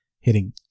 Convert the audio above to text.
hitting